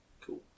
Cool